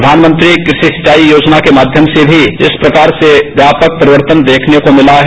प्रधानमंत्री कृषि सिंचाई योजना के माध्यम से भी इस प्रकार से व्यापक परिवर्तन देखने को मिला है